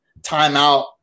timeout